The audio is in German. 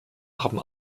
haben